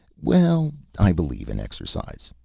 well, i believe in exercise,